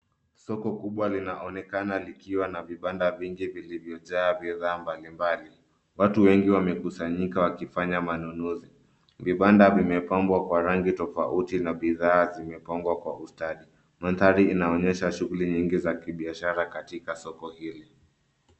Soko kubwa linaonekana likiwa na vibanda vingi vilivyojaa bidhaa mbalimbali. Watu wengi wamekusanyika wakifanya manunuzi. Vibanda vimepambwa kwa rangi tofauti na bidhaa zimepangwa kwa ustadi. Mandhari inaonyesha shughuli nyingi za kibiashara katika soko hili.